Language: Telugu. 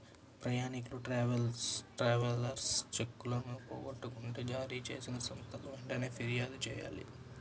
ప్రయాణీకులు ట్రావెలర్స్ చెక్కులను పోగొట్టుకుంటే జారీచేసిన సంస్థకి వెంటనే పిర్యాదు చెయ్యాలి